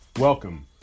Welcome